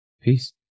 peace